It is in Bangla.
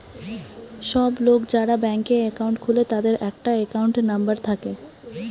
সব লোক যারা ব্যাংকে একাউন্ট খুলে তাদের একটা একাউন্ট নাম্বার থাকে